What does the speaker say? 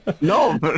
No